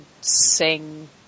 sing